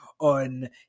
on